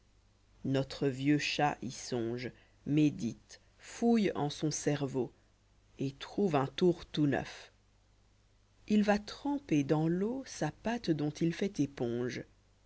notre vieux chaty songe médite fouille en son cerveau y j tcj kt trouve un tour toutneuf ll va tremper dans l'eau sa patte dont il fait éponge